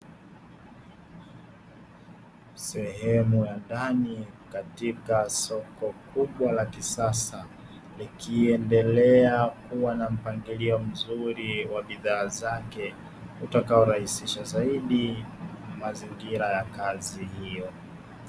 Sehemu ya ndani katika soko kubwa la kisasa, likiendelea kuwa na mpangilio mzuri wa bidhaa zake, utakaorahisisha zaidi mazingira ya kazi hiyo.